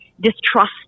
distrust